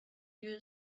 you